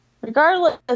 regardless